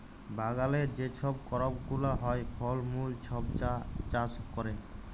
বাগালে যে ছব করপ গুলা হ্যয়, ফল মূল ছব যা চাষ ক্যরে